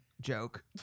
Joke